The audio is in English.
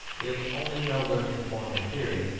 if only nobler in form and theory,